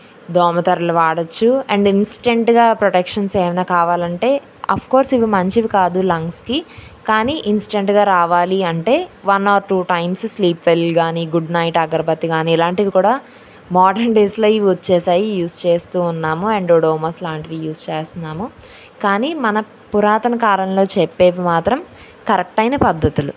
దోమతెరలు వాడవచ్చు అండ్ ఇన్స్టెంట్గా ప్రొటెక్షన్స్ ఏమైనా కావాలంటే ఆఫ్కోర్స్ ఇవి మంచివి కాదు లంగ్స్కి కానీ ఇన్స్టెంట్గా రావాలి అంటే one or two times sleep well కానీ గుడ్ నైట్ అగరబత్తి కానీ ఇలాంటివి కూడా మార్టీన్ డేస్లో ఇవి వచ్చేసాయి యూజ్ చేస్తూ ఉన్నాము అండ్ ఒడోమస్ లాంటివి యూజ్ చేస్తున్నాము కానీ మన పురాతన కాలంలో చెప్పేవి మాత్రం కరెక్ట్ అయిన పద్ధతులు